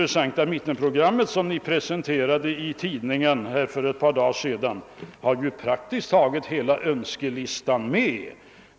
som presenterades i tidningen för ett par dagar sedan har praktiskt taget hela önskelistan med.